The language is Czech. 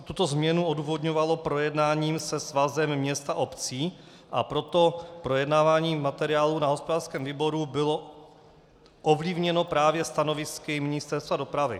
Tuto změnu odůvodňovalo projednáním se Svazem měst a obcí, a proto projednávání materiálu na hospodářském výboru bylo ovlivněno právě stanovisky Ministerstva dopravy.